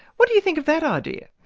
what do you think of that idea?